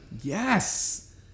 Yes